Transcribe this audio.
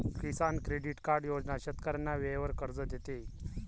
किसान credit card योजना शेतकऱ्यांना वेळेवर कर्ज देते